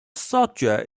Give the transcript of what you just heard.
subject